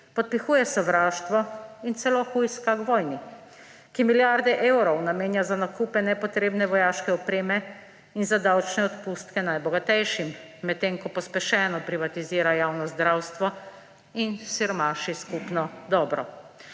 podpihuje sovraštvo in celo hujska k vojni, ki milijarde evrov namenja za nakupe nepotrebne vojaške opreme in za davčne odpustke najbogatejšim, medtem ko pospešeno privatizira javno zdravstvo in siromaši skupno dobro.